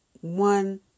one